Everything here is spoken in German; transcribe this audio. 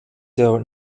der